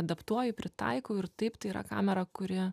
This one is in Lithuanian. adaptuoju pritaikau ir taip tai yra kamera kuri